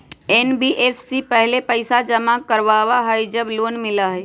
NBFC पहले पईसा जमा करवहई जब लोन मिलहई?